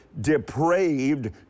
depraved